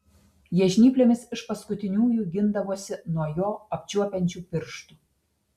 jie žnyplėmis iš paskutiniųjų gindavosi nuo jo apčiuopiančių pirštų